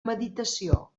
meditació